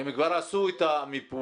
הם כבר עשו את המיפוי.